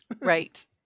Right